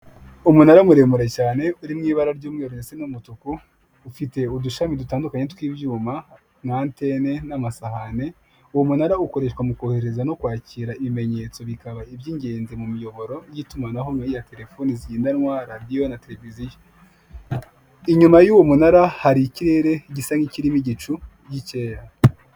Umunara muremure cyane uri mu ibara ry'umweru ndetse n'umutuku ufite udushami dutandukanye tw'ibyuma na antenti n'amasahani . Uwo mu nara ukoreshwa mu kohereza no kwakira ibimenyetso bikaba iby'ingenzi mu miyoboro y'itumanaho nk'iya tetefoni zigendanwa , radiyo na tereviziyo. Inyuma y'uwo mu nara hari ikirere gisa n'ikirimo igicu gikeya.